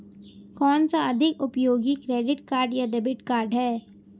कौनसा अधिक उपयोगी क्रेडिट कार्ड या डेबिट कार्ड है?